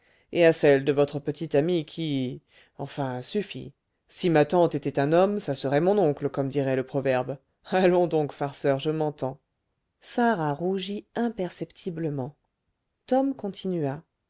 et à celle de votre petit ami qui enfin suffit si ma tante était un homme ça serait mon oncle comme dit le proverbe allons donc farceur je m'entends sarah rougit imperceptiblement tom continua